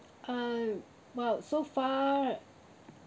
uh !wow! so far